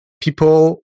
people